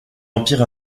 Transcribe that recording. empire